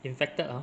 infected hor